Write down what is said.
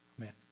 Amen